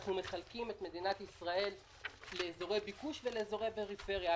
אנחנו מחלקים את מדינת ישראל לאזורי ביקוש ולאזורי פריפריה.